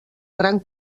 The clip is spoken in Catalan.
gran